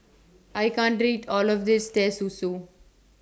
I can't eat All of This Teh Susu